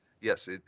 Yes